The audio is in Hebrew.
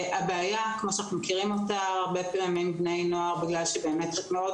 אנחנו מכירים את הבעיה שבה לבני נוער הרבה פעמים מאוד